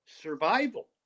survival